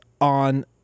on